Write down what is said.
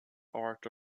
art